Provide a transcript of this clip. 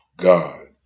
God